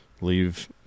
leave